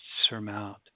surmount